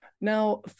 Now